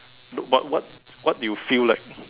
look but what what do you feel like